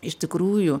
iš tikrųjų